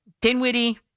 Dinwiddie